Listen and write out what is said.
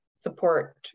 support